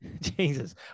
Jesus